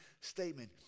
statement